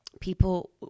people